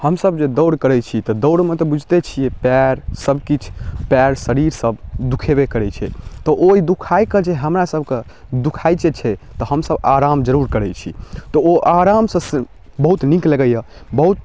हमसब जे दौड़ करै छी तऽ दौड़मे तऽ बुझिते छियै पयर सब किछु पयर शरीर सब दुखेबे करै छै तऽ ओइ दुखाइके जे हमरा सबके दुखाइ जे छै तऽ हमसब आराम जरुर करै छी तऽ ओ आरामसँ से बहुत नीक लगैए बहुत